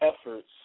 efforts